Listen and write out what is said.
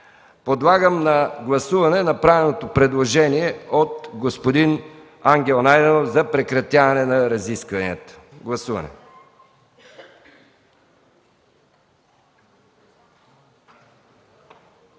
Подлагам на гласуване направеното предложение от господин Ангел Найденов за прекратяване на разискванията. Гласуваме!